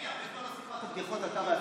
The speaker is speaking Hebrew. יבגני, הרבה זמן לא סיפרת בדיחות, אתה בעצמך.